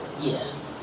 Yes